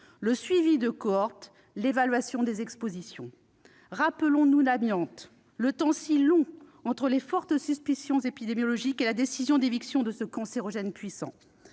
le suivi de cohorte et l'évaluation des expositions. Souvenons-nous de l'amiante et du temps si long écoulé entre les fortes suspicions épidémiologiques et la décision d'éviction de ce cancérogène puissant.